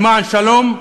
למען שלום,